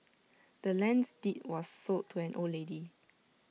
the land's deed was sold to the old lady